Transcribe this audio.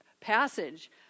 passage